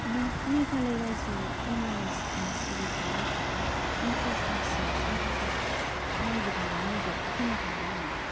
नों मेघालय रायजोआव MRI scan सिबिथाय होग्रा इएसआइसि सेन्टारफोरखौ नागिरनायाव मदद होनो हागोन नामा